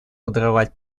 подрывать